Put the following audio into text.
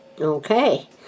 Okay